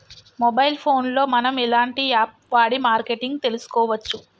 Mobile phone లో మనం ఎలాంటి యాప్ వాడి మార్కెటింగ్ తెలుసుకోవచ్చు?